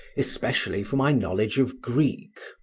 especially for my knowledge of greek.